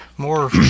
More